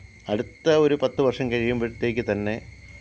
അടുത്ത ഒരു പത്ത് വര്ഷം കഴിയുമ്പോഴത്തേക്ക് തന്നെ